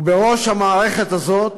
ובראש המערכת הזאת